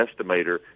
estimator